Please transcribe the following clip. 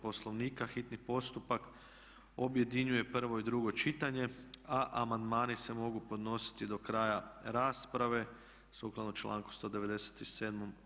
Poslovnika hitni postupak objedinjuje prvo i drugo čitanje a amandmani se mogu podnositi do kraja rasprave sukladno članku 197.